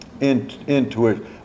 intuition